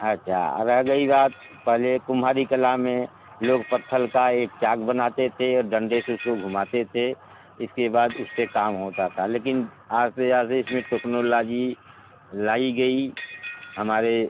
अच्छा रह गई बात पहले कुम्हारी कला में लोग पत्थर का एक चाक बनाते थे और डंडे से उसको घुमाते थे इसके बाद उससे काम होता था लेकिन आहिस्ता आहिस्ता इस में टेक्नोलाजी लाई गई हमारे